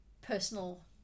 personal